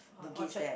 or Orchard